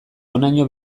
honainoko